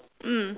mm